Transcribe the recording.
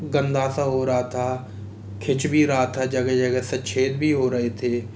गंदा सा हो रहा था खिच भी रहा था जगह जगह से छेद भी हो रहे थे